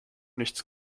nichts